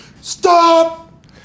Stop